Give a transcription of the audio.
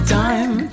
time